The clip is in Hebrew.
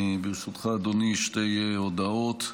ברשותך, אדוני, שתי הודעות.